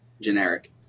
generic